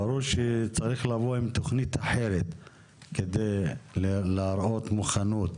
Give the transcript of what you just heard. ברור שצריך לבוא עם תכנית אחרת כדי להראות מוכנות